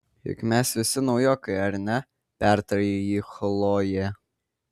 juk mes visi naujokai ar ne pertarė jį chlojė